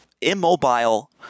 immobile